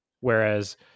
Whereas